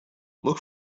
look